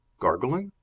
gargling?